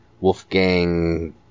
Wolfgang